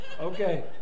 Okay